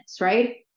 right